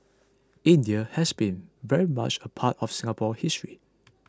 India has been very much a part of Singapore's history